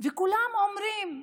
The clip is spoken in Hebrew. וכולם אומרים: